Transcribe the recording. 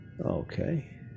Okay